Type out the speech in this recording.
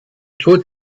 tod